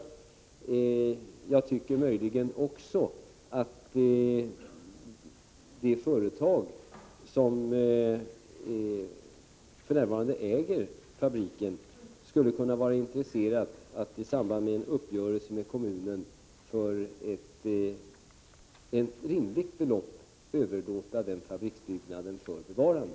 Möjligen tycker jag också att det företag som för närvarande äger fabriken skulle kunna vara intresserat av att i samband med en uppgörelse med kommunen för ett rimligt belopp överlåta fabriksbyggnaden i och för bevarande.